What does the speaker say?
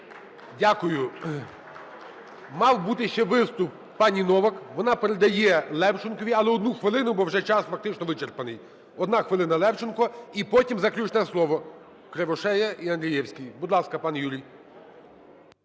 Дякую. Мав бути ще виступ пані Новак. Вона передає Левченкові. Але одну хвилину, бо вже час фактично вичерпаний. Одна хвилина – Левченко. І потім заключне слово – Кривошея і Андрієвський. Будь ласка, пане Юрій.